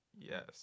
yes